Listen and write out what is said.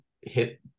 hit